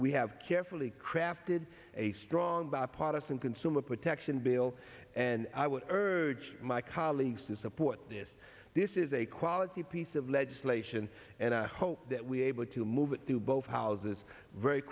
we have carefully crafted a strong bipartisan consumer protection bill and i would urge my colleagues to support this this is a quality piece of legislation and i hope that we are able to move it through both houses very